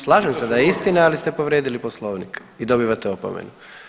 Slažem da je istina ali ste povrijedili poslovnik i dobivate opomenu.